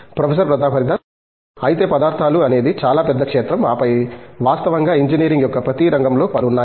professor Pratap Haridas సరే అయితే పదార్థాలు అనేది చాలా పెద్ద క్షేత్రం ఆపై వాస్తవంగా ఇంజనీరింగ్ యొక్క ప్రతి రంగంలో పదార్థాలు ఉన్నాయి